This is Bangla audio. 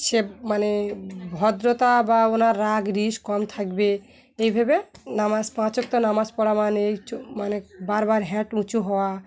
সে মানে ভদ্রতা বা ওনার রাগ ঈর্ষা কম থাকবে এইভাবে নামাজ পাঁচ ওয়াক্ত নামাজ পড়া মানে এইো মানে বারবার উঁচু হওয়া